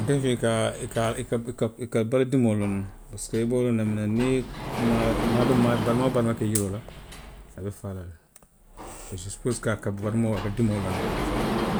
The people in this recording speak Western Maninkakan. Nte fee i ka, i ka, i ka, i ka, i ka bala dimoo loŋ ne. parisiko i be wo loŋ na niw i maa. maa, barama woo barama ke yiroo la, a be faa la le. se susiti pisiko a ka baramoo, a ka dimoo loŋ ne